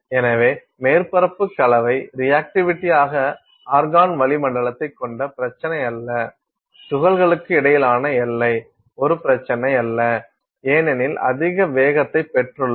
எனவே மேற்பரப்பு கலவை ரிஆக்டிவிடி ஒரு ஆர்கான் வளிமண்டலத்தைக் கொண்ட பிரச்சினை அல்ல துகள்களுக்கு இடையிலான எல்லை ஒரு பிரச்சினை அல்ல ஏனெனில் அதிக வேகத்தை பெற்றுள்ளோம்